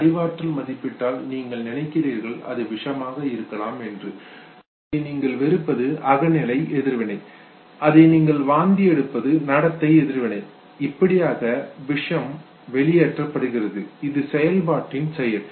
அறிவாற்றல் மதிப்பிட்டால் நீங்கள் நினைக்கிறீர்கள் அது விஷமாக இருக்கலாம் என்று அதை நீங்கள் வெறுப்பது அகநிலை எதிர்வினை அதை நீங்கள் வாந்தி எடுப்பது நடத்தை எதிர்வினை இப்படியாக விஷம் வெளியேற்றப்படுகிறது இது செயல்பாட்டின் செயல்